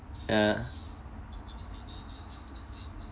ya